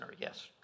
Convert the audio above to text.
yes